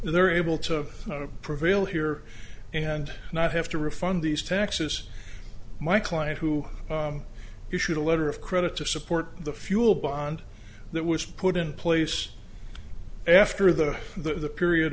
they're able to prevail here and not have to refund these taxes my client who issued a letter of credit to support the fuel bond that was put in place after that the period